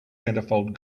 centerfold